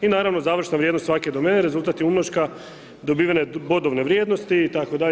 I naravno završna vrijednost svake domene rezultat je umnoška dobivene bodovne vrijednosti itd.